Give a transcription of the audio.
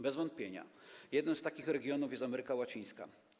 Bez wątpienia jednym z takich regionów jest Ameryka Łacińska.